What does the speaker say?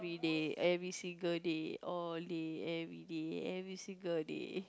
day every single day all day every day every single day